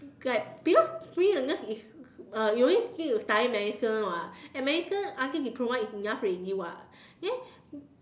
like because being a nurse is uh you only need need to study medicine [what] and medicine until diploma is enough already [what] then